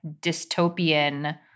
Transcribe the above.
dystopian